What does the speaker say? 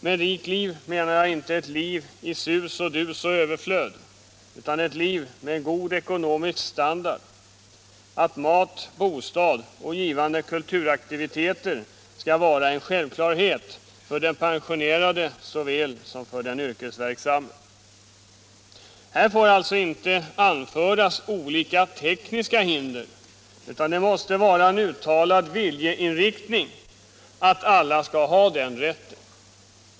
Med rikt liv menar jag inte ett liv i sus och dus och överflöd utan ett liv med en god ekonomisk standard — att mat, bostad och givande kulturaktiviteter skall vara en självklarhet för den pensionerade såväl som för den yrkesverksamme. Här får alltså inte anföras olika tekniska hinder, utan det måste vara en uttalad viljeinriktning att alla skall ha den rätten.